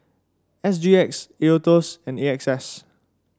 S G X Aetos and A X S